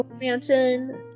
Mansion